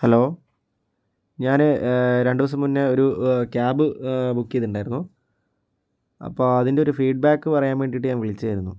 hello ഞാൻ രണ്ട് ദിവസം മുന്നേ ഒരു ക്യാബ് ബുക്ക് ചെയ്തിട്ടുണ്ടായിരുന്നു അപ്പോൾ അതിൻ്റെ ഒരു ഫീഡ്ബാക്ക് പറയാൻ വേണ്ടിയിട്ട് ഞാൻ വിളിച്ചതായിരുന്നു